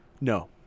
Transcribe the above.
No